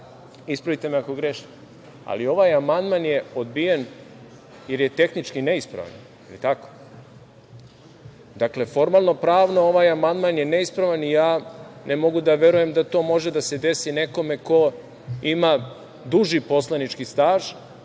ispravite me ako grešim, ali ovaj amandman je odbijen, jer je tehnički neispravan. Jel tako? Dakle, formalno-pravno ovaj amandman je neispravan i ne mogu da verujem da to može da se desi nekome ko ima duži poslanički staž